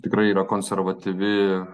tikrai yra konservatyvi